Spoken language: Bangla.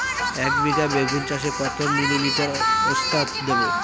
একবিঘা বেগুন চাষে কত মিলি লিটার ওস্তাদ দেবো?